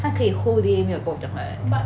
他可以 whole day 没有跟我讲话的 leh